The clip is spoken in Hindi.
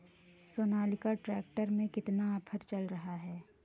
सोनालिका ट्रैक्टर में कितना ऑफर चल रहा है?